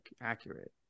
accurate